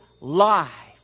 life